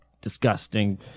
disgusting